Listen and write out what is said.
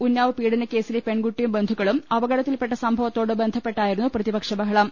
ഉന്നാവ് പീഡനക്കേസിലെ പെൺകുട്ടിയും ബന്ധുക്കളും അപകടത്തിൽപ്പെട്ട സംഭവ ത്തോടു ബന്ധപ്പെട്ടായിരുന്നു പ്രതിപക്ഷ ബഹളം